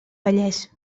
vallès